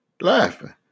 laughing